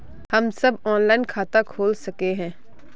हम सब ऑनलाइन खाता खोल सके है?